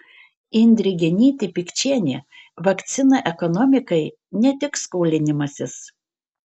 indrė genytė pikčienė vakcina ekonomikai ne tik skolinimasis